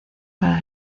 para